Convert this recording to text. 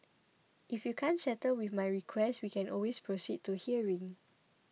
if you can't settle with my request we can always proceed to hearing